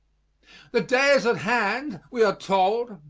the day is at hand, we are told,